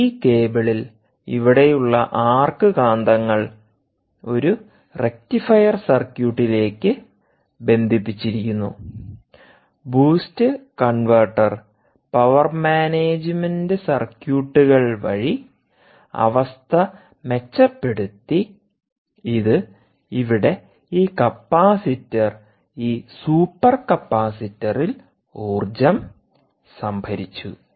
ഈ കേബിളിൽ ഇവിടെയുള്ള ആർക്ക് കാന്തങ്ങൾ ഒരു റക്റ്റിഫയർ സർക്യൂട്ടിലേക്ക് ബന്ധിപ്പിച്ചിരിക്കുന്നു ബൂസ്റ്റ് കൺവെർട്ടർ പവർ മാനേജുമെന്റ് സർക്യൂട്ടുകൾ വഴി അവസ്ഥ മെച്ചപ്പെടുത്തി ഇത് ഇവിടെ ഈ കപ്പാസിറ്റർ ഈ സൂപ്പർ കപ്പാസിറ്ററിൽ ഊർജ്ജം സംഭരിച്ചു